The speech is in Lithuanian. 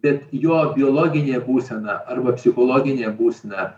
ir jo biologinė būsena arba psichologinė būsena